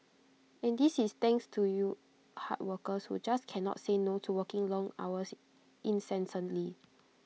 and this is thanks to you hard workers who just cannot say no to working long hours incessantly